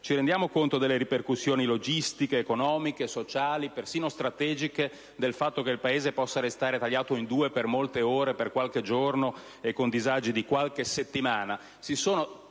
ci rendiamo conto delle ripercussioni logistiche, economiche, sociali, persino strategiche, derivanti da fatto che il Paese possa restare tagliato in due per molte ore, per qualche giorno, e con disagi di qualche settimana?